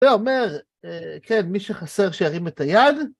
זה אומר, כן, מי שחסר שירים את היד.